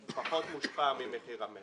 אנחנו חושבים שמחיר הדירה פחות מושפע ממחיר המלט,